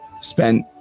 spent